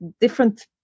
different